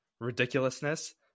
ridiculousness